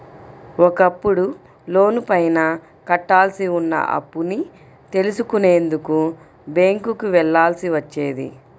ఒకప్పుడు లోనుపైన కట్టాల్సి ఉన్న అప్పుని తెలుసుకునేందుకు బ్యేంకుకి వెళ్ళాల్సి వచ్చేది